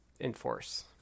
enforce